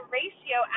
ratio